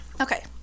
Okay